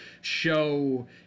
show